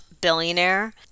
billionaire